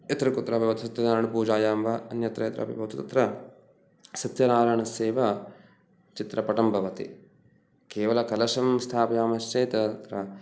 यत्र कुत्र भवति सत्यनारायणपूजायां वा अन्यत्र यत्रापि भवति तत्र सत्यनारायणस्य एव चित्रपटं भवति केवलकलशं स्थापयामश्चेत् तत्र